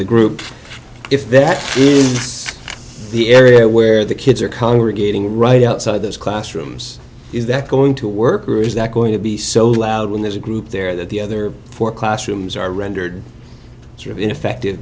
the group if that's the area where the kids are congregating right outside those classrooms is that going to work or is that going to be so loud when there's a group there that the other four classrooms are rendered ineffective